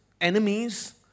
enemies